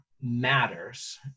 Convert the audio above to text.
matters